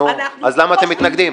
אז למה אתם מתנגדים?